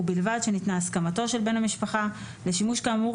ובלבד שניתנה הסכמתו של בן המשפחה לשימוש כאמור,